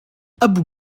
abou